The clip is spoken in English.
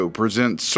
presents